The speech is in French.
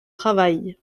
travail